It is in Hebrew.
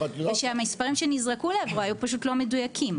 ושהמספרים שנזרקו לעברו היו פשוט לא מדויקים.